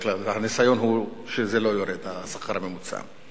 הניסיון הוא שזה לא יורד, השכר הממוצע.